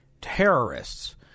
terrorists